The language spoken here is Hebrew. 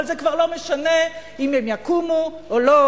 אבל זה כבר לא משנה אם הן יקומו או לא,